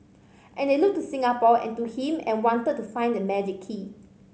and they looked to Singapore and to him and wanted to find that magic key